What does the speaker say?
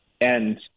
and-